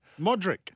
Modric